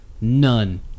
none